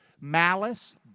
Malice